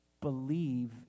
believe